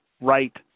right